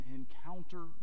encounter